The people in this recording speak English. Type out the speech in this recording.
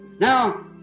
Now